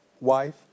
wife